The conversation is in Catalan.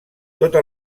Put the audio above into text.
tota